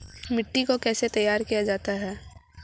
मिट्टी को कैसे तैयार किया जाता है?